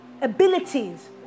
Abilities